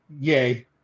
yay